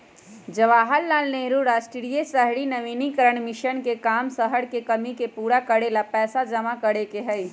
जवाहर लाल नेहरू राष्ट्रीय शहरी नवीकरण मिशन के काम शहर के कमी के पूरा करे ला पैसा जमा करे के हई